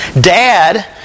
dad